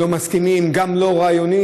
הם לא מסכימים, גם לא רעיונית.